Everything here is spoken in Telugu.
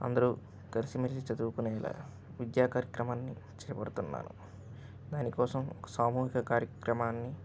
అందరు కలిసిమెలిసి చదువుకునేలాగ విద్యా కార్యక్రమాన్ని చేపడుతున్నాను దానికోసం ఒక సామూహిక కార్యక్రమాన్ని